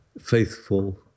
faithful